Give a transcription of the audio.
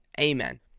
Amen